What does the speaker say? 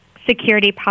security